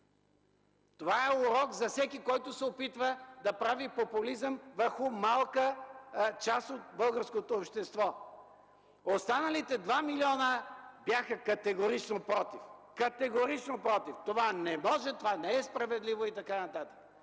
Това е урок за всеки, който се опитва да прави популизъм върху малка част от българското общество. Останалите два милиона бяха категорично против. Категорично против, защото това не може, това не е справедливо и така нататък.